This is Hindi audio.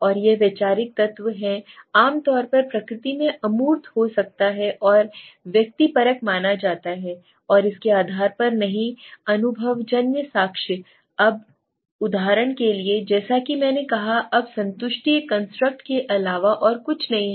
अब यह वैचारिक तत्व है आमतौर पर प्रकृति में अमूर्त हो सकता है और व्यक्तिपरक माना जाता है और इसके आधार पर नहीं अनुभवजन्य साक्ष्य अब उदाहरण के लिए जैसा कि मैंने कहा अब संतुष्टि एक कंस्ट्रक्ट के अलावा और कुछ नहीं है